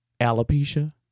alopecia